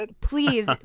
Please